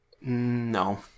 No